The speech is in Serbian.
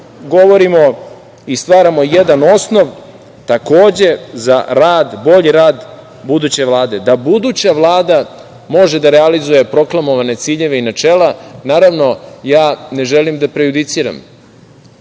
govorimo i stvaramo jedan osnov, takođe, za bolji rad buduće Vlade, da buduća vlada može da realizuje proklamovane ciljeve i načela. Naravno, ne želim da prejudiciram